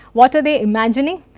what are they imagining.